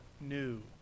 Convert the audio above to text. new